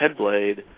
Headblade